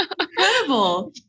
Incredible